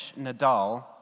Nadal